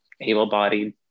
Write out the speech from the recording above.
able-bodied